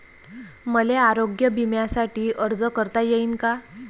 मले आरोग्य बिम्यासाठी अर्ज करता येईन का?